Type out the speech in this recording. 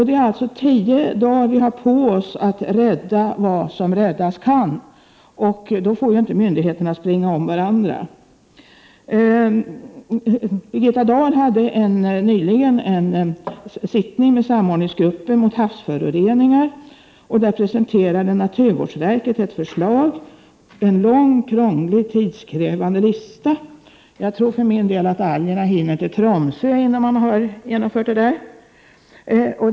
Det är alltså bara tio dagar vi har på oss att rädda vad som räddas kan, och då får inte myndigheterna springa om varandra! Birgitta Dahl hade nyligen en sittning med samordningsgruppen mot havsföroreningar. Där presenterade naturvårdsverket ett förslag — en lång, krånglig och tidskrävande lista. Jag tror för min del att algerna hinner till Tromsö innan man har genomfört det där.